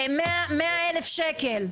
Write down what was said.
100,000 שקל?